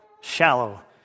shallow